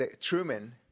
Truman –